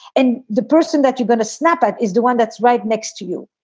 and the person that you're gonna snap at is the one that's right next to you.